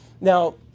Now